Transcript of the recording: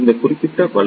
இந்த குறிப்பிட்ட வளைய